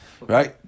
Right